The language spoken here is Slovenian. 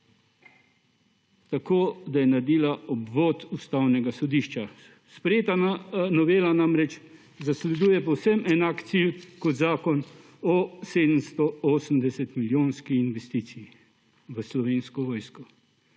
tako, da je naredila obvod Ustavnega sodišča. Sprejeta novela namreč zasleduje povsem enak cilj kot zakon o 780- milijonski investiciji v Slovensko vojsko.